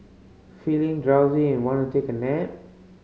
feeling drowsy and want to take a nap